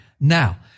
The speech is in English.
now